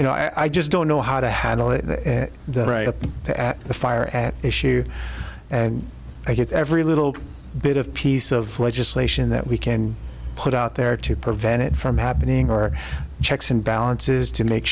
you know i just don't know how to handle it right at the at the fire at issue here i get every little bit of piece of legislation that we can put out there to prevent it from happening or checks and balances to make